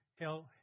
hell